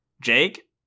Jake